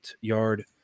yard